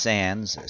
Sands